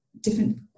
different